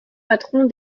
patron